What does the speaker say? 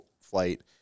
flight